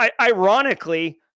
ironically